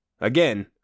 Again